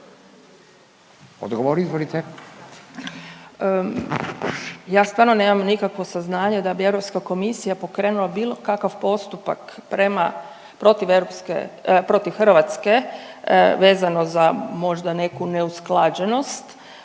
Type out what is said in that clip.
Andreja** Ja stvarno nemam nikakvo saznanje da bi Europska komisija pokrenula bilo kakav postupak protiv Hrvatske vezano za možda neku neusklađenost.